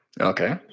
Okay